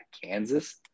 Kansas